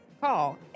call